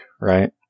right